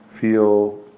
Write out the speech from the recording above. feel